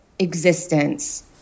Existence